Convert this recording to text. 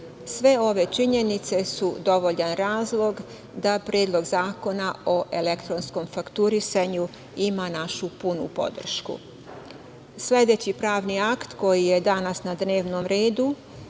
Sve ove činjenicu su dovoljan razlog da Predlog zakona o elektronskom fakturisanju ima našu punu podršku. Sledeći pravni akt koji je danas na dnevnom redu